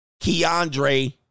keandre